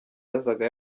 yazaga